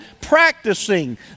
practicing